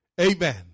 Amen